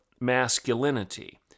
masculinity